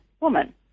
woman